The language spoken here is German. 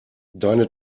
deine